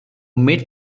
meet